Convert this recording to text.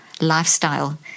lifestyle